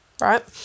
right